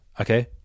okay